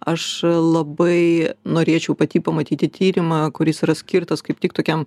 aš labai norėčiau pati pamatyti tyrimą kuris yra skirtas kaip tik tokiam